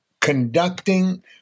conducting